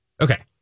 Okay